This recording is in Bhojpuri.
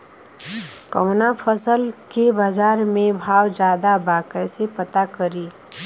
कवना फसल के बाजार में भाव ज्यादा बा कैसे पता करि?